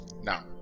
Now